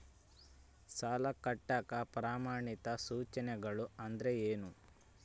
ಸಾಲ ಕಟ್ಟಾಕ ಪ್ರಮಾಣಿತ ಸೂಚನೆಗಳು ಅಂದರೇನು?